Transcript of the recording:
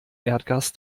erdgas